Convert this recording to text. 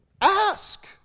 Ask